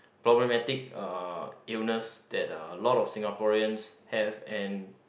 problematic uh illness that uh a lot of Singaporeans have and